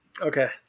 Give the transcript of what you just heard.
Okay